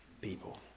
people